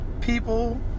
people